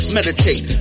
Meditate